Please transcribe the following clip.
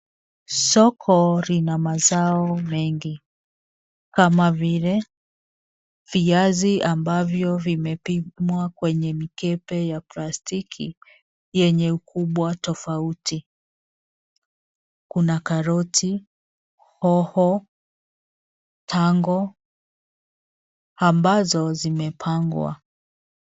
Soko lina mazao mengi kama vile, viazi ambavyo vimepimwa kwenye mikebe ya plastiki yenye ukubwa tofauti. Kuna karoti, hoho, tango ambazo zimepangwa.